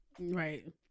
right